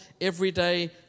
everyday